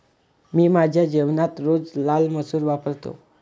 मी माझ्या जेवणात रोज लाल मसूर वापरतो